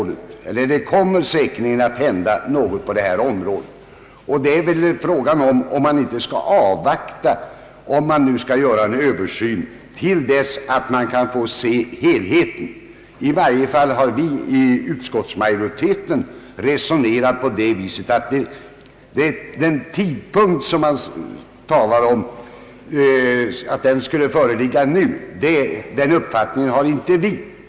Det kommer säkerligen att hända något på detta område, och frågan är om man inte skall avvakta tills man kan se helheten. I varje fall har vi i utskottsmajoriteten resonerat på det viset att tidpunkten nu inte är den rätta.